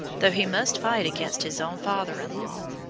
though he must fight against his own father-in-law,